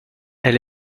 elle